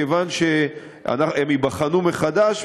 כיוון שהם ייבחנו מחדש,